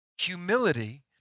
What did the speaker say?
Humility